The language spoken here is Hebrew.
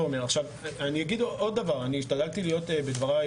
אני השתדלתי להיות ממלכתי בדבריי,